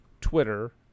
Twitter